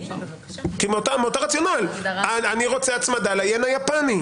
אותו רציונל, אני רוצה הצמדה ל-ין היפני.